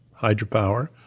hydropower